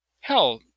Hell